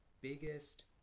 biggest